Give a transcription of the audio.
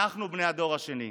אנחנו בני הדור השני,